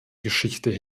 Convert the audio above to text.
geschichte